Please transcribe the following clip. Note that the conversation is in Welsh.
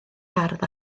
ardd